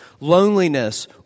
loneliness